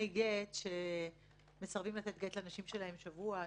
גט שמסרבים לתת גט לנשים שלהם שבוע,